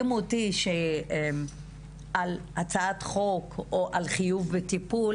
על הצעת חוק או על חיוב בטיפול